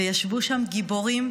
וישבו שם גיבורים.